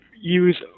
use